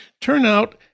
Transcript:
Turnout